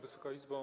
Wysoka Izbo!